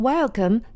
Welcome